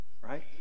right